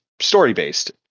story-based